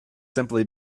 simply